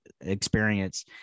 experience